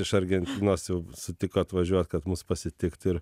iš argentinos jau sutiko atvažiuot kad mus pasitikt ir